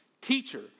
teacher